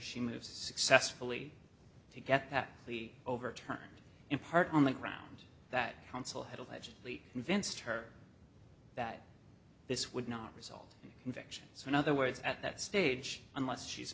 she moves successfully to get that plea overturned in part on the grounds that counsel had allegedly convinced her that this would not result in a conviction so in other words at that stage unless she's